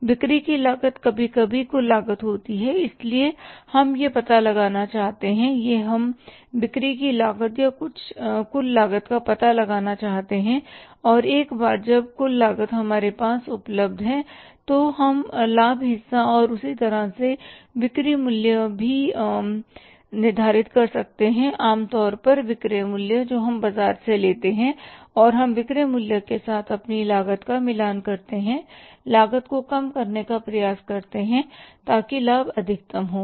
बिक्री की लागत कभी कभी कुल लागत होती है इसलिए हम यह पता लगाना चाहते हैं यह हम बिक्री की लागत या कुल लागत का पता लगाना चाहते हैं और एक बार जब कुल लागत हमारे पास उपलब्ध है तो हम लाभ हिस्सा और उसी तरह से विक्रय मूल्य भी निर्धारित कर सकते हैं आम तौर पर विक्रय मूल्य जो हम बाजार से लेते हैं और हम विक्रय मूल्य के साथ अपनी लागत का मिलान करते हैं लागत को कम करने का प्रयास करते हैं ताकि लाभ अधिकतम हो